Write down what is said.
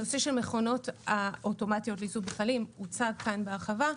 נושא של מכונות אוטומטיות לאיסוף מכלים הוצג כאן בהרחבה.